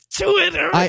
Twitter